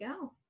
go